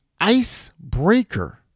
icebreaker